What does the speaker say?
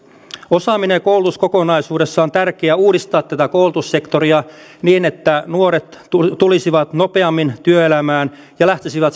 osaaminen ja koulutus kokonaisuudessa on tärkeää uudistaa koulutussektoria niin että nuoret tulisivat nopeammin työelämään ja lähtisivät